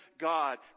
God